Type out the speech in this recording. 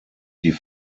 die